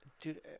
Dude